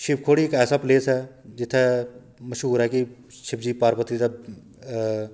शिवखोड़ी इक ऐसा प्लेस ऐ जित्थै मश्हूर ऐ कि शिवजी पार्वती दा